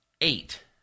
eight